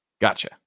Gotcha